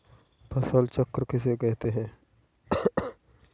फसल चक्र किसे कहते हैं?